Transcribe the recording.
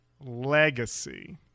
legacy